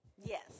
Yes